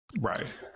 Right